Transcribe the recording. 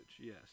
Yes